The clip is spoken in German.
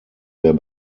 der